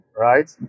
right